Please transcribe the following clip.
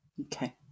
Okay